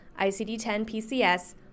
ICD-10-PCS